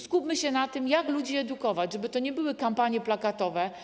Skupmy się na tym, jak ludzi edukować, żeby to nie były kampanie plakatowe.